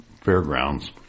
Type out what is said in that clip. Fairgrounds